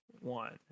one